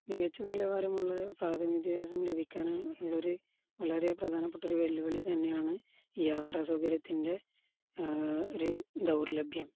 മികച്ച നിലവാരമുള്ള പ്രാഥമിക വിദ്യഭാസം ലഭിക്കാനുള്ളൊരു വളരെ പ്രധാനപ്പെട്ടൊരു വെല്ലുവിളി തന്നെയാണു യാത്രാസൗകര്യത്തിൻ്റെ ഒരു ദൗർലഭ്യം